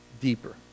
Deeper